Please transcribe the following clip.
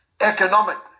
economically